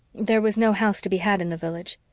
there was no house to be had in the village.